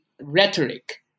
rhetoric